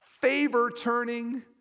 favor-turning